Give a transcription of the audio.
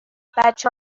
بچه